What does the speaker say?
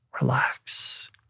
relax